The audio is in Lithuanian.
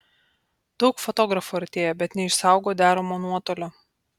daug fotografų artėja bet neišsaugo deramo nuotolio